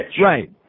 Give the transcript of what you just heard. Right